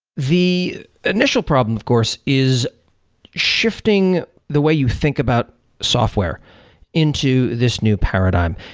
the initial problem of course is shifting the way you think about software into this new paradigm.